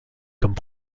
comme